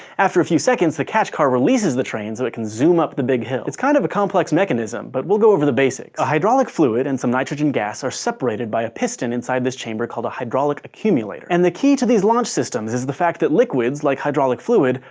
after a few seconds the catch-car releases the train so it can zoom up the big hill. it's kind of a complex mechanism but we'll go over the basics. the hydraulic fluid and some nitrogen gas are separated by a piston inside this chamber called the hydraulic accumulator. and the key to these launch systems is the fact that liquids, like hydraulic fluid,